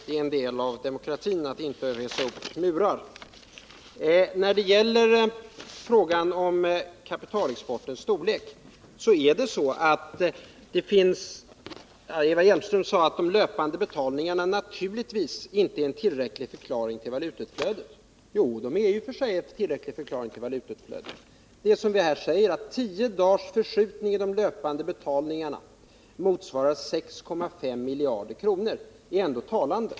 Det är en del av demokratin att inte bygga murar. Eva Hjelmström sade att de löpande betalningarna naturligtvis inte är en tillräcklig förklaring till valutautflödet. Jo, de är i och för sig en tillräcklig förklaring. Att tio dagars förskjutning i de löpande betalningarna motsvarar 6,5 miljarder kronor är ändå talande.